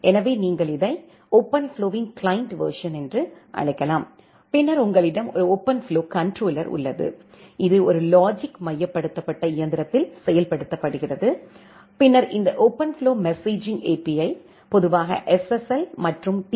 எனவே நீங்கள் இதை ஓபன்ஃப்ளோவின் கிளையன்ட் வெர்சன் என்று அழைக்கலாம் பின்னர் உங்களிடம் ஒரு ஓபன்ஃப்ளோ கன்ட்ரோலர் உள்ளது இது ஒரு லாஜிக் மையப்படுத்தப்பட்ட இயந்திரத்தில் செயல்படுத்தப்படுகிறது பின்னர் இந்த ஓபன்ஃப்ளோ மெசேஜிங் API பொதுவாக SSL மற்றும் டீ